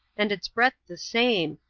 and its breadth the same,